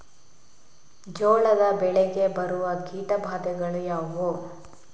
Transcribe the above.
ಜೋಳದ ಬೆಳೆಗೆ ಬರುವ ಕೀಟಬಾಧೆಗಳು ಯಾವುವು?